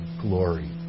glory